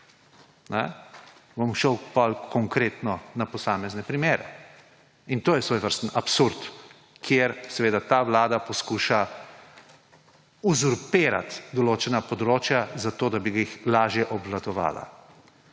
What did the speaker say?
Bom šel potem konkretno na posamezne primere in to je svojevrsten absurd, kjer ta vlada poskuša uzurpirati določena področja, zato da bi jih lažje obvladovala.